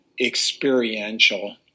experiential